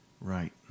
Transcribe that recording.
Right